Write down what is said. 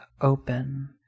open